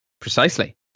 Precisely